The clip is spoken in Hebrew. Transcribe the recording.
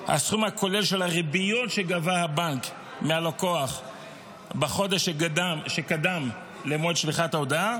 הסכום הכולל של הריביות שגבה הבנק מהלקוח בחודש שקדם למועד שליחת ההודעה